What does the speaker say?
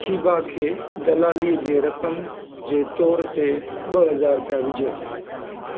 शीबा खे दलालीअ जी रक़म जे तोर ते ॿ हज़ार रुपया विझो